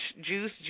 juice